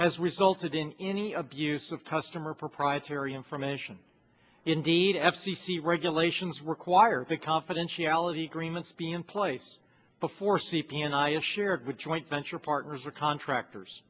has resulted in any abuse of customer proprietary information indeed f c c regulations require that confidentiality agreements be in place before c p and i a shared with joint venture partners or contractors